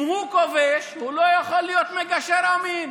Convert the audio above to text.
אם הוא כובש, עכשיו הוא יכול להיות מגשר עמים?